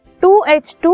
2H2